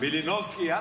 מלינובסקי, תתפטרי.